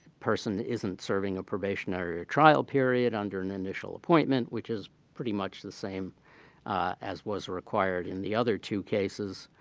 person that isn't serving a probationary or trial period under an initial appointment, which is pretty much the same as what's required in the other two cases,